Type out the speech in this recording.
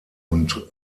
und